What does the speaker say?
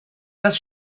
das